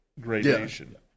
gradation